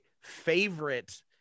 favorite